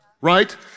right